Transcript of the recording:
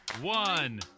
one